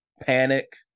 panic